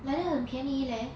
like that 很便宜 leh